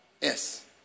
Yes